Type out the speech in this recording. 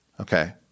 Okay